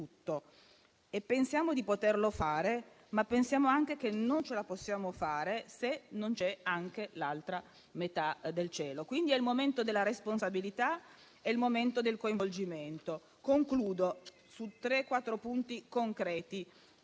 e pensiamo di poterlo fare, ma pensiamo anche che non ce la possiamo fare se non c'è anche l'altra metà del cielo. Quindi è il momento della responsabilità e del coinvolgimento. Concludo sottolineando tre o quattro punti concreti